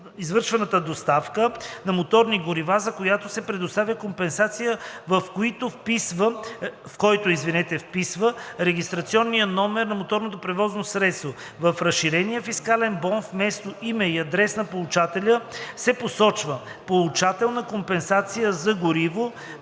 извършената доставка на моторни горива, за която се предоставя компенсация, в който вписва регистрационния номер на моторното превозно средство. В разширения фискален бон вместо име и адрес на получателя се посочва „Получател на компенсация за гориво